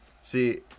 See